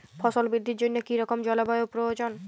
ফসল বৃদ্ধির জন্য কী রকম জলবায়ু প্রয়োজন?